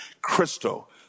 crystal